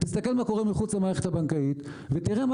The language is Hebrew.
תסתכל מה קורה מחוץ למערכת הבנקאית ותראה מה